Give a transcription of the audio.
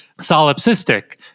solipsistic